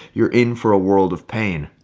you're in for a world of pain.